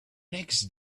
next